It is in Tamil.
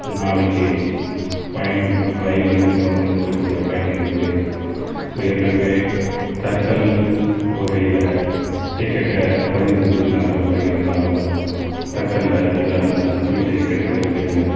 நாளைக்கு பயணம் ரயிலில் மேற்கொள்ளணும்னு இருக்கக் கூடிய பயணிகளுக்கு ஏற்கனவே தட்கல் வகையில் டிக்கெட்டைபதிவு செஞ்சிக்கலாம் என்ற முறை இருந்தாலும் தட்கலில் எல்லாருக்கும் சீட் கிடைச்சிறது இல்லை